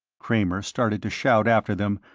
kramer started to shout after them,